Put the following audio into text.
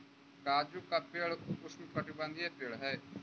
काजू का पेड़ उष्णकटिबंधीय पेड़ हई